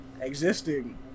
existing